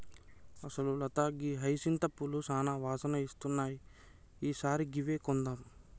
అసలు లత గీ హైసింత పూలు సానా వాసన ఇస్తున్నాయి ఈ సారి గివ్వే కొందాం